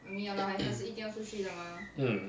mm